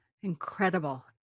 Incredible